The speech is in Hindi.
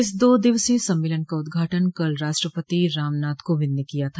इस दो दिवसीय सम्मेलन का उदघाटन कल राष्ट्रपति रामनाथ कोविंद ने किया था